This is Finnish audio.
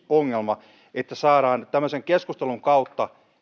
ongelma että saadaan tämmöisen keskustelun kautta